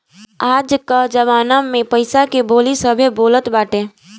आज कअ जमाना में पईसा के बोली सभे बोलत बाटे